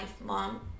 mom